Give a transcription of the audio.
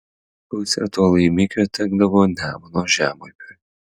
pusė to laimikio tekdavo nemuno žemupiui